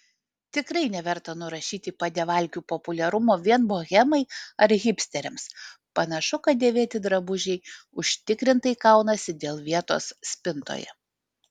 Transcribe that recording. tikrai neverta nurašyti padevalkių populiarumo vien bohemai ar hipsteriams panašu kad dėvėti drabužiai užtikrintai kaunasi dėl vietos spintoje